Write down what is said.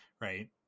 Right